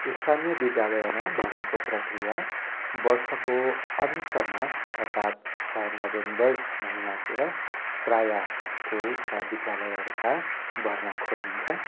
स्थानीय विद्यालयमा भर्नाको प्रक्रिया वर्षको अन्तमा अर्थात् नोभेम्बर महिनातिर प्रायः स्कुलका विद्यालयहरूका भर्ना खोलिन्छ